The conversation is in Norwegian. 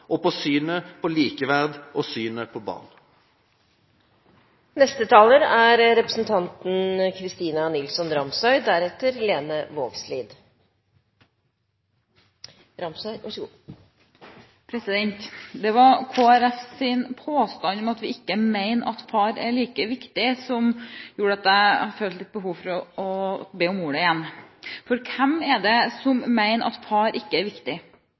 synet på likeverd og synet på barn. Det var Kristelig Folkepartis påstand om at vi ikke mener at far er like viktig, som gjorde at jeg følte litt behov for å be om ordet igjen. For hvem er det som mener at far ikke er viktig,